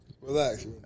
Relax